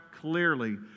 clearly